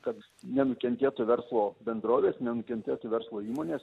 kad nenukentėtų verslo bendrovės nenukentėtų verslo įmonės